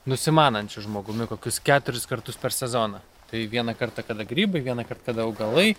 nusimanančiu žmogumi kokius keturis kartus per sezoną tai vieną kartą kada grybai vienąkart kada augalai